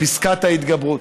"פסקת ההתגברות"